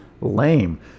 lame